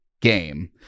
game